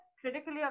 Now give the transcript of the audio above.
critically